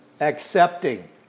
accepting